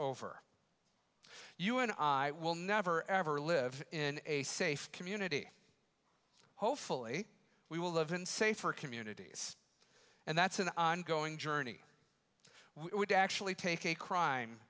over you and i will never ever live in a safe community hopefully we will live in safer communities and that's an ongoing journey we would actually take a crime